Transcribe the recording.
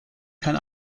kann